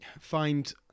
find